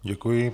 Děkuji.